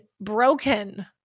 broken